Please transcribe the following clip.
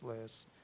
less